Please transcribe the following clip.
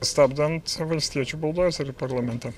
stabdant valstiečių buldozerį parlamente